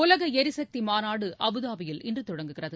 உலக எரிசக்தி மாநாடு அபுதாபியில் இன்று தொடங்குகிறது